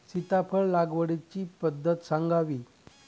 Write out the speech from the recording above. सीताफळ लागवडीची पद्धत सांगावी?